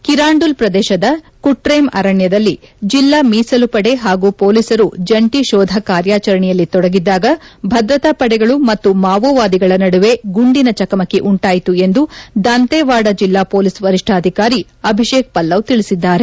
ಕಿರಾಂಡುಲ್ ಕಪ್ಪದೇಶದ ಕುಟ್ರೇಮ್ ಅರಣ್ನದಲ್ಲಿ ಜಿಲ್ಲಾ ಮೀಸಲುಪಡೆ ಹಾಗೂ ಕೊಲೀಸರು ಜಂಟ ಕೋಧ ಕಾರ್ಯಾಚರಣೆಯಲ್ಲಿ ತೊಡಗಿದ್ಲಾಗ ಭದ್ರತಾಪಡೆಗಳು ಮತ್ತು ಮಾವೋವಾದಿಗಳ ನಡುವೆ ಗುಂಡಿನ ಚಕಮಕಿ ಉಂಟಾಯಿತು ಎಂದು ದಂತೆವಾಡ ಜಿಲ್ಲಾ ಪೊಲೀಸ್ ವರಿಷ್ಠಾಧಿಕಾರಿ ಅಭಿಷೇಕ್ ಪಲ್ಲವ್ ತಿಳಿಸಿದ್ದಾರೆ